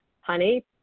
honey